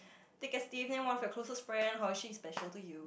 thick as teeth name one of your closest friend how is she special to you